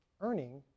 earning